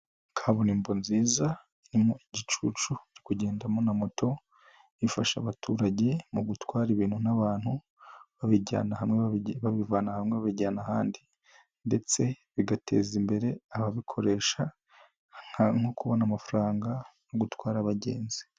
Kaburimbo nziza iririmo igicucu cyo kugendamo na moto, ifasha abaturage mu gutwara ibintu n'abantu babijyana hamwe babivana hamwe babijyana ahandi, ndetse bigateza imbere ababikoresha nko kubona amafaranga no gutwara abagenzi.